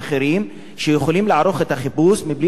שמאפשרים לערוך את החיפוש בלי להשפיל אותם.